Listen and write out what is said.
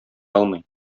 алмый